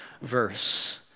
verse